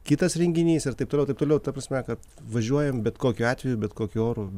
kitas renginys ir taip toliau taip toliau ta prasme kad važiuojam bet kokiu atveju bet kokiu oru